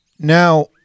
Now